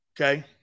Okay